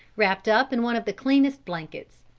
wrapped up in one of the cleanest blankets.